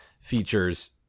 features